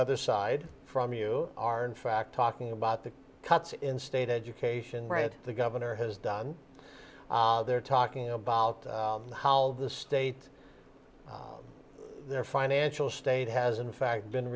other side from you are in fact talking about the cuts in state education right the governor has done there talking about how the state their financial state has in fact been